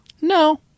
No